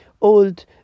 old